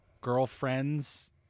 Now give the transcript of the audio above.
girlfriends